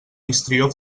histrió